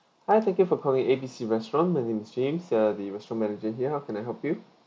hi thank you for calling A B C restaurant my name is james uh the restaurant manager here how can I help you